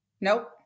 Nope